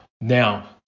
Now